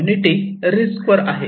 community risk वर आहे